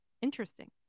Interesting